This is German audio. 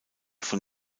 von